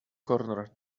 corner